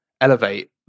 Elevate